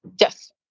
Yes